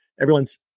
everyone's